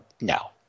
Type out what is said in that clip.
no